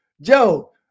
Joe